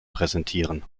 präsentieren